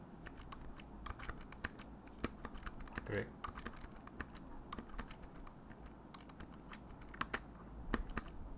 correct